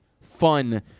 fun